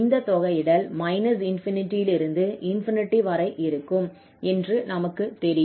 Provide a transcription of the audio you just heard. இந்த தொகையிடல் −∞ இலிருந்து ∞ வரை இருக்கும் என்று நமக்குத் தெரியும்